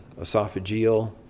esophageal